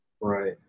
right